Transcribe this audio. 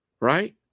right